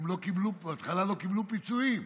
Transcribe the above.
הן בהתחלה לא קיבלו פיצויים,